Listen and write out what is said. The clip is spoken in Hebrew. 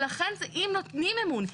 לכן אם נותנים אמון,